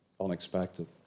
unexpected